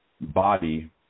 body